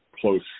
Close